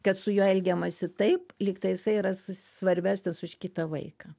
kad su juo elgiamasi taip lyg tai jisai yra svarbesnis už kitą vaiką